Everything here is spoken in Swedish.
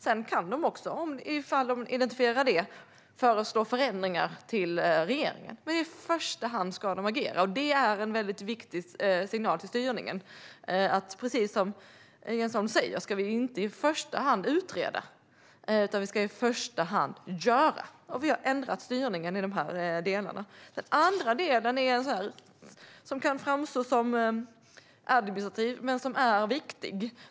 Sedan kan de, om de identifierar åtgärder som behöver vidtas, föreslå förändringar till regeringen. Men i första hand ska de agera. Det är en väldigt viktig signal för styrningen, för precis som Jens Holm säger ska vi inte i första hand utreda utan agera. Och vi har ändrat styrningen i de här delarna. Den andra delen kan framstå som endast administrativ, men den är viktig.